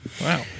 Wow